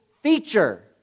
feature